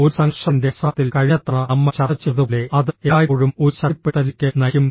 ഒരു സംഘർഷത്തിന്റെ അവസാനത്തിൽ കഴിഞ്ഞ തവണ നമ്മൾ ചർച്ച ചെയ്തതുപോലെ അത് എല്ലായ്പ്പോഴും ഒരു ശക്തിപ്പെടുത്തലിലേക്ക് നയിക്കും